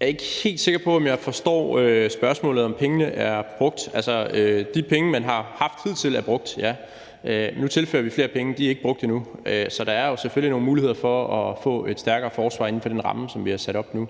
Jeg er ikke helt sikker på, om jeg forstår spørgsmålet om, om pengene er brugt. Altså, de penge, man har haft hidtil, er brugt. Ja, nu tilfører vi flere penge. De er ikke brugt endnu, så der er selvfølgelig nogle muligheder for at få et stærkere forsvar inden for den ramme, som vi har sat op nu,